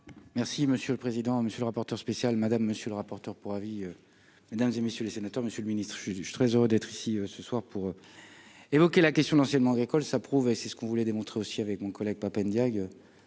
Merci monsieur le président, monsieur le rapporteur spécial, madame, monsieur le rapporteur pour avis dans messieurs les sénateurs, Monsieur le Ministre, je suis, je suis très heureux d'être ici ce soir pour évoquer la question l'enseignement agricole ça prouve, et c'est ce qu'on voulait démontrer aussi avec mon collègue PAP Ndaye